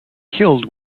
killed